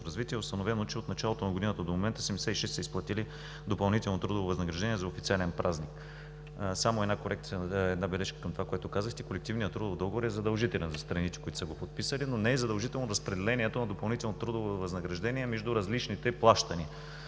развитие, е установено, че от началото на годината до момента 76% са изплатили допълнително трудово възнаграждение за официален празник. Само една бележка към това, което казахте: колективният трудов договор е задължителен за страните, които са го подписали, но не е задължително разпределението на допълнително трудово възнаграждение между различните плащания.